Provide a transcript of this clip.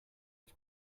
its